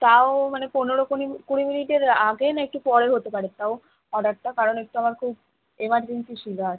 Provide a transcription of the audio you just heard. তাও মানে পনেরো কুড়ি মি কুড়ি মিনিটের আগে না একটু পরে হতে পারে তাও অর্ডারটা কারণ একটু আমার খুব এমার্জেন্সি ছিলো আজ